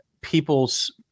people's